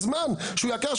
זמן שהוא יקר,